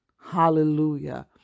Hallelujah